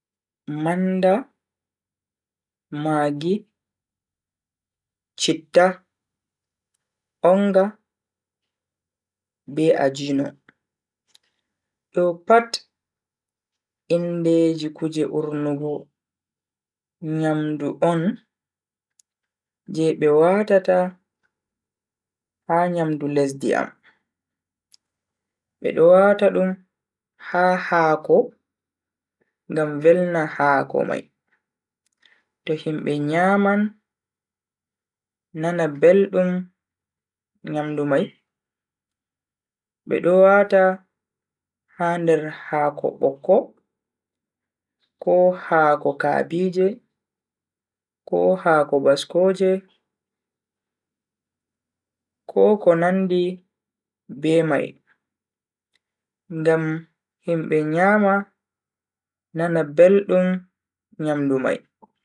Manda, maggi, citta, onga be ajino. Do pat indeji kuje urnugo nyamdu on je be watata ha nyamdu lesdi am. Bedo wata dum ha haako ngam velna haako mai to himbe nyaman nana beldum nyamdu mai. Bedo wata ha nder haako bokko, ko haako kabije, ko haako baskoje ko ko nandi be mai ngam himbe nyama nana beldum nyamdu mai.